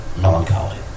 melancholy